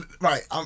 Right